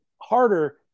harder